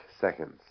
seconds